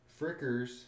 Frickers